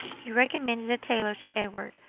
he recommended a tailor to edward,